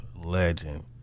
legend